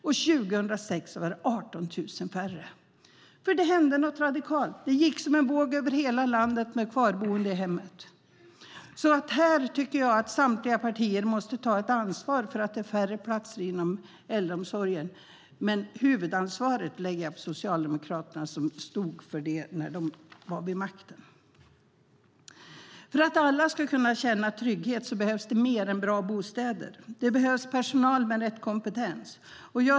År 2006 var det 18 000 färre platser. Det hände nämligen någonting radikalt. Det gick som en våg över hela landet att man skulle vara kvarboende i hemmet. Här tycker jag att samtliga partier måste ta ansvar för att det är färre platser inom äldreomsorgen. Huvudansvaret lägger jag dock på Socialdemokraterna, som stod för det när de hade regeringsmakten. För att alla ska kunna känna trygghet behövs mer än bara bra bostäder. Det behövs personal med rätt kompetens.